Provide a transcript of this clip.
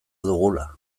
dugula